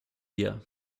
wir